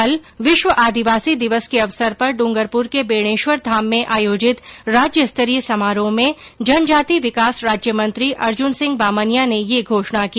कल विश्व आदिवासी दिवस के अवसर पर डूंगरपुर के बेणेश्वर धाम में आयोजित राज्यस्तरीय समारोह में जनजाति विकास राज्यमंत्री अर्जुन सिंह बामनिया ने यह घोषण की